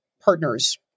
partners